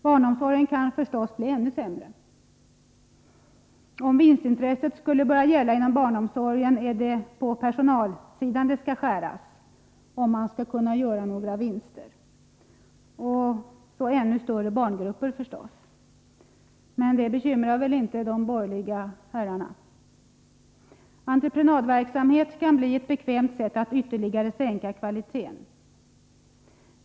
Barnomsorgen kan förstås bli ännu 3 EE SP AEA z Måndagen den sämre. Om vinstintresset skulle börja gälla inom barnomsorgen är det på 30 januari 1984 personalsidan det skall skäras, om man skall kunna göra några vinster — och så krävs ännu större barngrupper förstås. Men det bekysiturväl inte de Om statsbidragen borgerliga herrarna. Entreprenadverksamhet kan bli ett bekvämt sätt att —..,..- rå ; ;ö ER till privata daghem, ytterligare sänka kvaliteten.